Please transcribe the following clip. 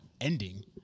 ending